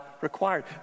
required